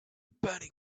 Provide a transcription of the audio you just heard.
burning